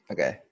Okay